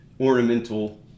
ornamental